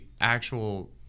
actual